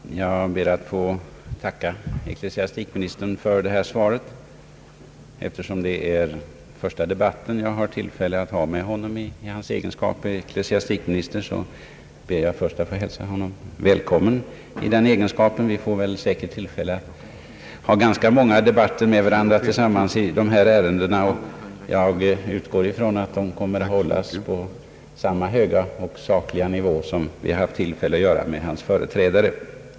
Herr talman! Jag ber att få tacka ecklesiastikministern för detta svar. Eftersom det är den första debatt som jag har tillfälle att ha med honom i hans egenskap av ecklesiastikminister, ber jag först att få hälsa honom välkommen i den egenskapen. Vi får säkert tillfälle att ha ganska många debatter med varandra i dessa ärenden, och jag utgår ifrån att de kommer att hållas på samma höga och sakliga nivå som de debatter vi hade tillfälle att föra med hans företrädare.